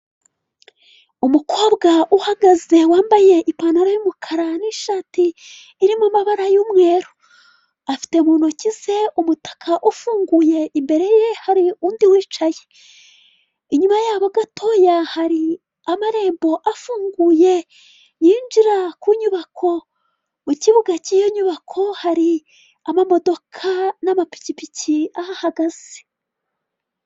Umukobwa uhagaze wambaye ipantaro yumukara n'ishati irimo amabara y'umweru, afite ntoki ze umutaka ufunguye. Imbere ye hari undi wicaye inyuma yaho gatoya hari amarembo afunguye yinjira ku nyubako, mu kibuga cy'iyo nyubako hari amamodoka n'amapikipiki ahahagaze.